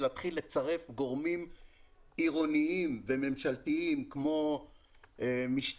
להתחיל לצרף גורמים עירוניים וממשלתיים כמו משטרה,